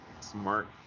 smart